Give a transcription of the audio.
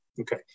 Okay